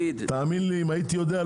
תאמין לי אם הייתי יודע,